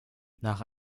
nach